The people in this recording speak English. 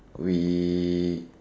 we